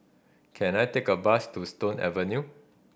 can I take a bus to Stone Avenue